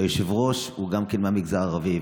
כשהיושב-ראש הוא גם כן מהמגזר הערבי,